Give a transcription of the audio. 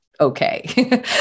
okay